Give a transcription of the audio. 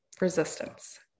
resistance